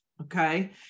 okay